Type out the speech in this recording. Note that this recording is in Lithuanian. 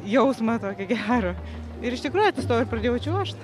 jausmą tokį gerą ir iš tikrųjų atsistojau ir pradėjau čiuožt